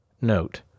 note